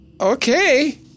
Okay